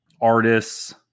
artists